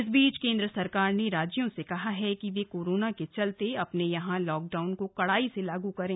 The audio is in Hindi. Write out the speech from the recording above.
इस बीच केंद्र सरकार ने राज्यों से कहा है कि वे कोरोना के चलते अपने यहां लॉकडाउन को कड़ाई से लागु करें